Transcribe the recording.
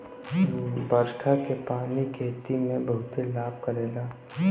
बरखा के पानी खेती में बहुते लाभ करेला